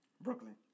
Brooklyn